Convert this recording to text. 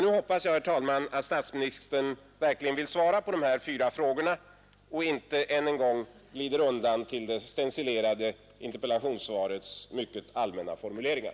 Nu hoppas jag, herr talman, att statsministern verkligen vill svara på dessa fyra frågor och inte än en gång glider undan till det stencilerade interpellationssvarets mycket allmänna formuleringar.